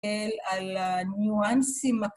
אל הניואנסים